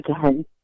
Again